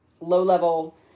low-level